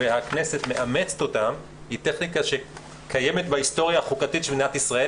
והכנסת מאמצת אותן היא טכניקה שקיימת בהיסטוריה החוקתית של מדינת ישראל.